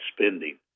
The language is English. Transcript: spending